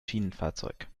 schienenfahrzeug